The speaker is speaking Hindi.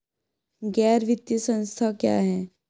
गैर वित्तीय संस्था क्या है?